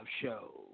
show